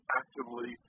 actively